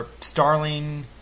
Starling